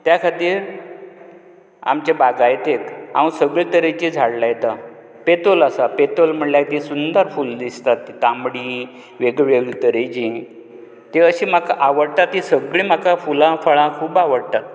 त्या खातीर आमच्या बागायतेक हांव सगले तरेचीं झाडां लायतात पेत्रोल आसा पेत्रोल म्हळ्यार तीं सुंदर फुलां दिसतात तांबडीं वेगवेगळे तरेचीं तीं अशीं म्हाका आवडटात तीं सगलीं म्हाका फुलां फळां खूब आवडटा